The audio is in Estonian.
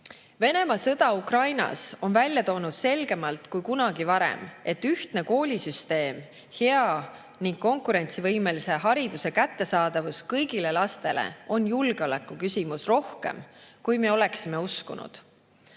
Venemaa sõda Ukrainas on välja toonud selgemalt kui kunagi varem, et ühtne koolisüsteem, hea ning konkurentsivõimelise hariduse kättesaadavus kõigile lastele on julgeolekuküsimus rohkem, kui me oleksime uskunud.